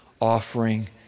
offering